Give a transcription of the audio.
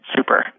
Super